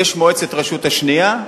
יש מועצת הרשות השנייה,